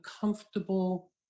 comfortable